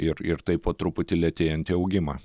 ir ir taip po truputį lėtėjantį augimą